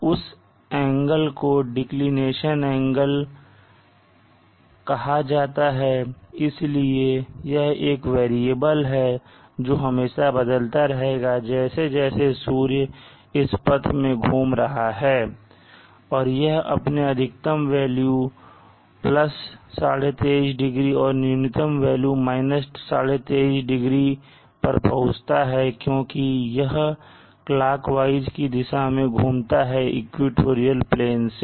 उस कोण को डिक्लिनेशन δ कहा जाता है इसलिए यह एक वेरिएबल है और यह हमेशा बदलता रहता है जैसे जैसे सूर्य इस पथ में घूम रहा है और यह अपने अधिकतम वेल्यू 23 ½ 0 और न्यूनतम वैल्यू 23 ½ 0 पर पहुँचता है क्योंकि यह क्लॉक वाइज की दिशा में घूमता है इक्वेटोरियल प्लेन से